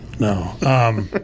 No